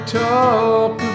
talk